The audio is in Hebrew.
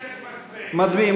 ל-96 מצביעים.